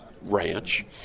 ranch